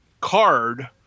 card